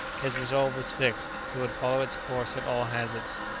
his resolve was fixed he would follow its course at all hazards.